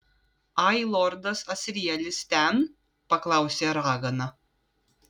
ai lordas asrielis ten paklausė ragana